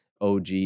OG